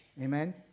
Amen